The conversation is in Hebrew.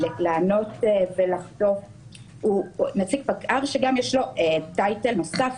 נציג פקע"ר שיש לו טייטל נוסף